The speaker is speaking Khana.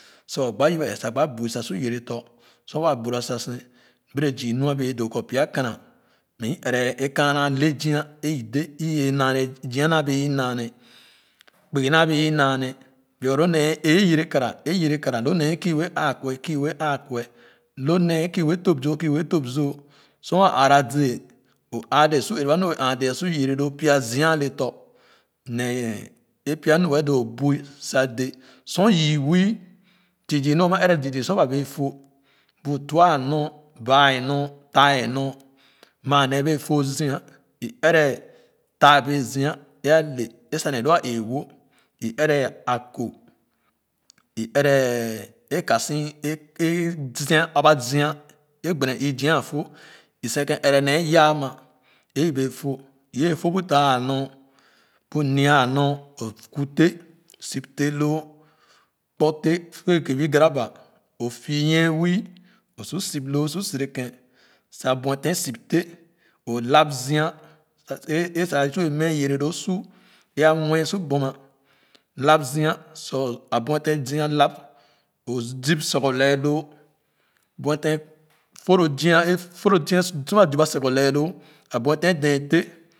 Sa o gba yere bee ee sa gba bui sa su yere tɔ̃ sor waa buira sa sen bere zii nu a bee doo kɔ pya kana me i ere ẽ kana zia ẽ dẽ ẽ ye naa ne zia naa bee naa ne kpugo naa bee onaa nee because lo nee yere kara o yere kana lo nee ẽ kii wee aakue aakue lo nee ẽ kii wee tɔp zoo kii wee tɔp zoo sor waa aara dee o aadee su ere ba nu dee su yere loo pya zia a le tɔ̃ nee ẹ pya nu wee doo o bui sa dẽ sor yii wii zii zii nu ama ere zii zii sor ba wee fo bu tuah a nor baa anor taa nor maa nee bee fo zia ẽ ere taa bee zia ẽ ale sa nee loo a ee-wo e ere ako o ere a ka si ẽ zia ẽ aba zia ẽ gbene ii zia a fo o lye fo bu taa anor bu nya anor o ku teh sip teh loo kpu teh wee keki ogaraba o fiinyeẽ wii o su sip loo su sere kẽn sa bue feh sip teh o lap zia su ẽ ye mee yere loo su a mue su boma lap zia su a bue ten zia lap o gib sorgho lee loo buefen fo loo zia a sor waa gib ba sorgho lee loo a bueten den teh.